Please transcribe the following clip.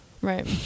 right